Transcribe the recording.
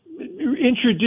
introduce